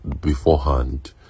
Beforehand